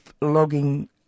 logging